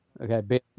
okay